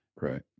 Right